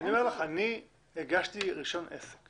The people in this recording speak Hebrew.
אני הגשתי רישיון עסק